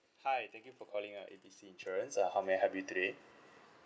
hi thank you for calling uh A B C insurance uh how may I help you today